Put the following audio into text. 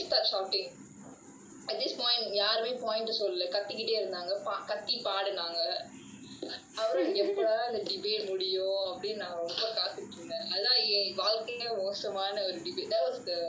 at this point யாருமே:yaarumae point சொல்லல கத்திகிட்டே இருந்தாங்க கத்தி பாடுனாங்க அப்புறம் எனக்கு எப்படா இந்த:sollala kathikittae irunthaanga kathi paadunaanga appuram enakku eppada intha debate முடியும்னு அப்டின்னு நான் கத்துகிட்டு இருந்தேன் அதுதான் என் வாழ்க்கைல மோசமான:mudiyumnu apdinu naan kathukittu irunthaen athuthaan en vaalkaila mosamaana debate that was the A_C_J_C T_L_S debate